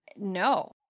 No